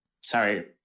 Sorry